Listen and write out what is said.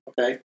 okay